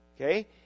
Okay